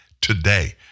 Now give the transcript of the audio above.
today